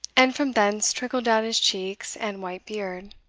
and from thence trickled down his cheeks and white beard.